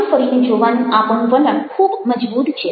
પાછળ ફરીને જોવાનું આપણું વલણ ખૂબ મજબૂત છે